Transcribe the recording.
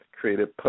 created